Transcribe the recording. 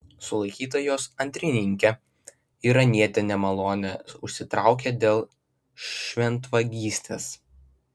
sulaikyta jos antrininkė iranietė nemalonę užsitraukė dėl šventvagystės